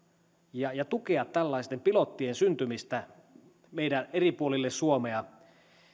ja ja tukea tällaisten pilottien syntymistä eri puolille suomea